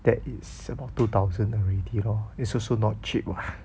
that is about two thousand already lor it's also not cheap lah